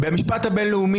במשפט הבין-לאומי,